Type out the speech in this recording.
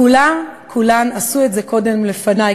כולן כולן עשו את זה קודם לפני,